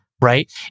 right